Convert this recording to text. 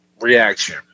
reaction